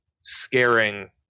scaring